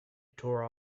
tore